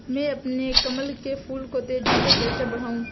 मैं अपने कमल के फूल को तेजी से कैसे बढाऊं?